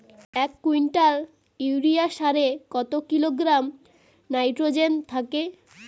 এক quintal urea সারে কত কিলোগ্রাম নাইট্রোজেন থাকে?